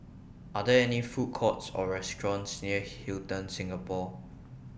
Are There any Food Courts Or restaurants near Hilton Singapore